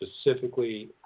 specifically